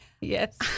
yes